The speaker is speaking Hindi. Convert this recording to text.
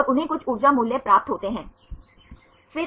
छात्र K मतलब क्लस्टरिंग